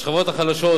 לשכבות החלשות,